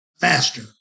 faster